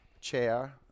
chair